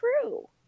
true